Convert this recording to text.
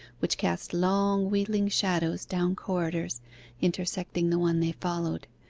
which cast long wheeling shadows down corridors intersecting the one they followed,